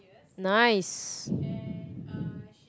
nice